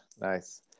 nice